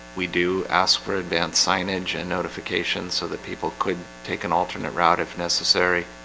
we do ask for advance signage and notifications so that people could take an alternate route if necessary